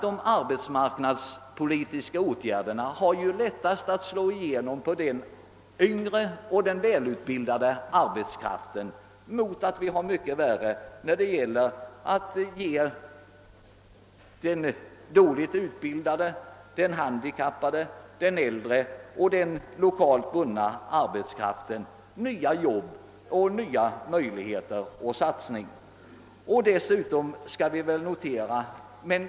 De arbetsmarknadspolitiska åtgärderna har lättast att slå igenom på den yngre och välutbildade arbetskraften, medan det är mycket svårare när det gäller att ge den dåligt utbildade, den handikappade, den äldre och den lokalt bundna arbetskraften nya jobb och nya möjligheter. Även fröken Ljungberg var inne på detta.